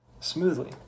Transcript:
smoothly